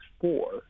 four